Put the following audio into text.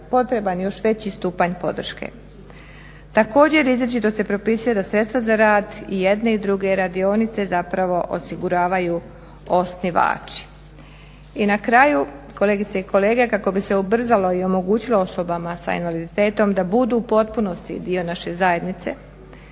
potreban još veći stupanj podrške. Također izričito se propisuje da sredstva za rad i jedne i druge radionice zapravo osiguravaju osnivači. I na kraju kolegice i kolege, kako bi se ubrzalo i omogućilo osobama sa invaliditetom da budu u potpunosti dio naše zajednice